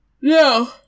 No